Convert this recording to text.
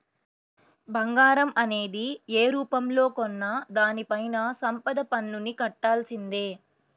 బంగారం అనేది యే రూపంలో కొన్నా దానిపైన సంపద పన్నుని కట్టాల్సిందే